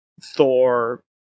Thor